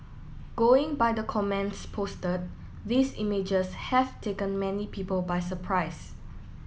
going by the comments posted these images have taken many people by surprise